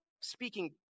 speaking